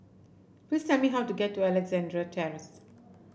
please tell me how to get to Alexandra Terrace